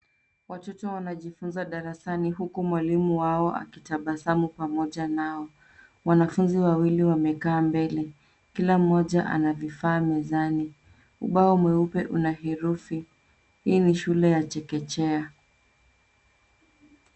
Watoto wanajifuza darasani uku mwalimu wao akitabasamu pamoja nao. Wanafunzi wawili wamekaa mbele kila mmoja ana vifaa mezani. Ubao mweupe una herufi. Hii ni shule ya chekechea.